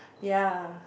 ya